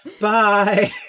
Bye